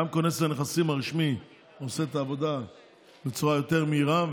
הפעם כונס הנכסים הרשמי עושה את העבודה בצורה יותר מהירה,